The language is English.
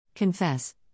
Confess